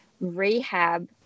rehab